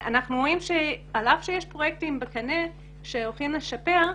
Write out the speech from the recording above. אנחנו רואים שעל אף שיש פרויקטים בקנה שהולכים לשפר,